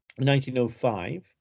1905